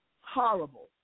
horrible